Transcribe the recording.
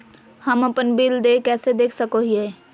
हम अपन बिल देय कैसे देख सको हियै?